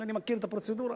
אני מכיר את הפרוצדורה,